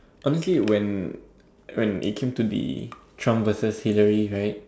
something when when it came to the Trump vs Hillary right